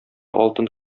алтын